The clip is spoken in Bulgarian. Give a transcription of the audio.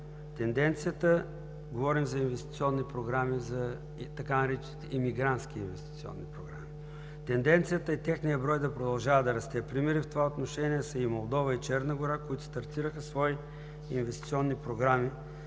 Тенденцията – говорим за инвестиционни програми и така наречените имигрантски инвестиционни програми – е техният брой да продължава да расте. Примери в това отношение са Молдова и Черна гора, които стартираха свои инвестиционни програми